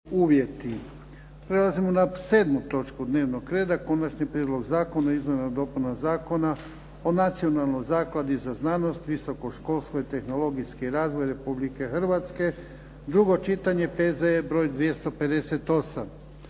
(HDZ)** Prelazimo na 7. točku dnevnog reda - Konačni prijedlog zakona o izmjenama i dopunama Zakona o Nacionalnoj zakladi za znanost, visoko školstvo i tehnologijski razvoj Republike Hrvatske, drugo čitanje, P.Z.E. br. 258